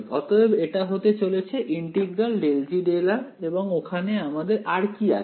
অতএব এটা হতে চলেছে ইন্টিগ্রাল ∂G∂r এবং ওখানে আমাদের আর কি আছে